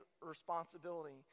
responsibility